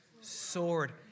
Sword